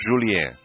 Julien